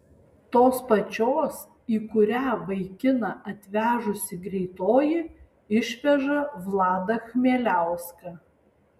tos pačios į kurią vaikiną atvežusi greitoji išveža vladą chmieliauską